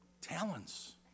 Talents